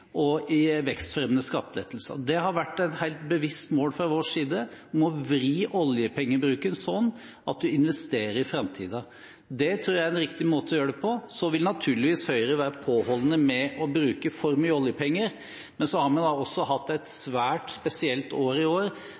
og i vekstfremmende skattelettelser. Det har vært et helt bevisst mål fra vår side om å vri oljepengebruken sånn at vi investerer i framtiden. Det tror jeg er en riktig måte å gjøre det på. Så vil naturligvis Høyre være påholden med å bruke for mye oljepenger, men så har vi da også hatt et svært spesielt år i år